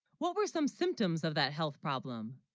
what were some symptoms of that health problem